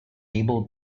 able